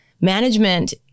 management